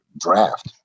draft